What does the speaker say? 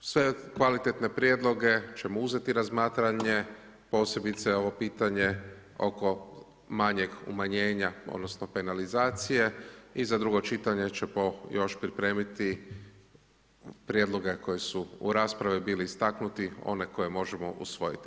Sve kvalitetne prijedloge ćemo uzeti u razmatranje, posebice ovo pitanje oko manjeg umanjenja, odnosno penalizacije i za drugo čitanje ćemo još pripremiti prijedloge koji su u raspravi bili istaknuti, one koje možemo usvojiti.